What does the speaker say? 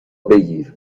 بگیر